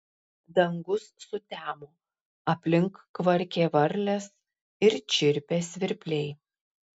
dangus sutemo aplink kvarkė varlės ir čirpė svirpliai